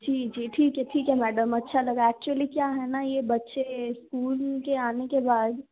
जी जी ठीक है ठीक है मैडम अच्छा लगा एक्चुअली क्या है न ये बच्चे स्कूल के आने के बाद